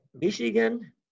Michigan